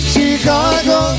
Chicago